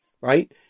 Right